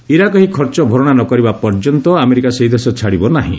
Iraq ଏହି ଖର୍ଚ୍ଚ ଭରଣା ନ କରିବା ପର୍ଯ୍ୟନ୍ତ ଆମେରିକା ସେହି ଦେଶ ଛାଡ଼ିବ ନାହିଁ